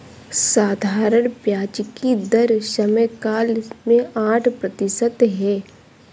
साधारण ब्याज की दर समयकाल में आठ प्रतिशत है